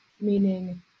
meaning